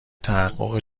تحقق